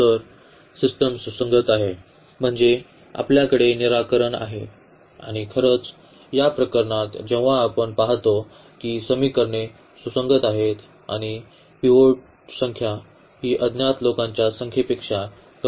तर सिस्टम सुसंगत आहे म्हणजे आपल्याकडे निराकरण आहे आणि खरंच या प्रकरणात जेव्हा आपण पाहतो की समीकरणे सुसंगत आहेत आणि पिव्होट संख्या ही अज्ञात लोकांच्या संख्येपेक्षा कमी आहे